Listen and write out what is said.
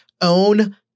own